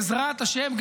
בעזרת השם,